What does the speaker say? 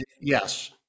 Yes